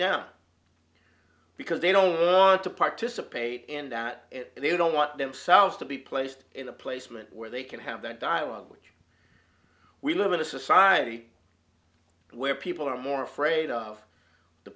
down because they don't want to participate and that they don't want themselves to be placed in a placement where they can have that dialogue which we live in a society where people are more afraid of the